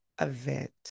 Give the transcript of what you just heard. event